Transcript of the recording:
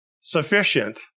sufficient